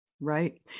Right